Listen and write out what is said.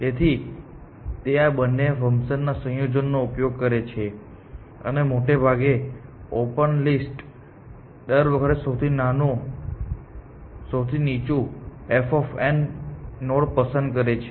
તેથી તે આ બંને ફંકશનના સંયોજનનો ઉપયોગ કરે છે અને મોટે ભાગે ઓપન લિસ્ટ દર વખતે સૌથી નીચું f નોડ પસંદ કરે છે